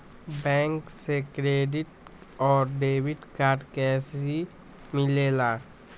Bank से credit और debit card कैसी मिलेला?